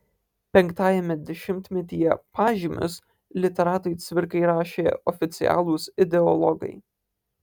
penktajame dešimtmetyje pažymius literatui cvirkai rašė oficialūs ideologai